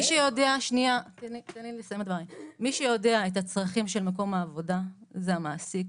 מי שיודע את הצרכים של מקום העבודה זה המעסיק,